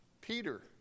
Peter